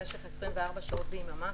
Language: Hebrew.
במשך 24 שעות ביממה,